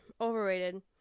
Overrated